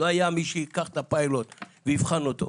לא היה מי שייקח את הפילוט ויבחן אותו.